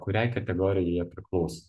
kuriai kategorijai jie priklauso